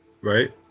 Right